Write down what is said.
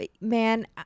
man